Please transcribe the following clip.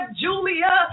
Julia